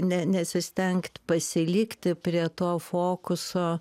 ne nesistengt pasilikti prie to fokuso